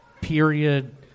period